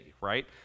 right